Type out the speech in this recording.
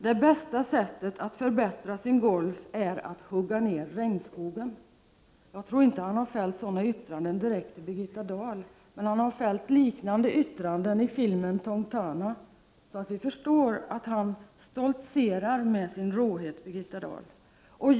Det bästa sättet att förbättra sin golf är att hugga ner regnskogen.” Jag tror inte att han fällt sådana yttranden direkt till Birgitta Dahl, men han har fällt liknande yttranden i Tong Tana, och därför förstår vi att han stoltserar med sin råhet.